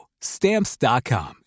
Stamps.com